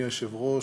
היושב-ראש,